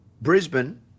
Brisbane